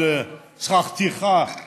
על שכר טרחה כלשהו,